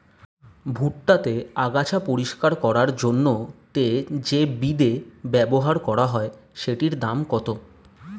ভুট্টা তে আগাছা পরিষ্কার করার জন্য তে যে বিদে ব্যবহার করা হয় সেটির দাম কত?